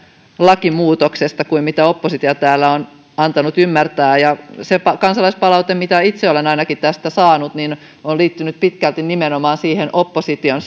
lakimuutoksesta kuin oppositio täällä on antanut ymmärtää ja se kansalaispalaute mitä ainakin itse olen tästä saanut on liittynyt pitkälti nimenomaan siihen opposition